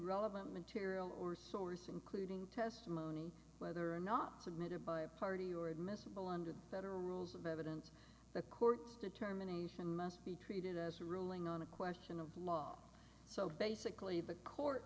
relevant material or so or think leading testimony whether or not submitted by a party or admissible under federal rules of evidence the court's determination must be treated as a ruling on a question of law so basically the court